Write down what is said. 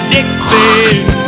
Dixie